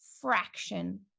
fraction